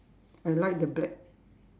I like the black